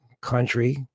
country